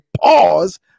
Pause